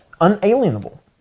unalienable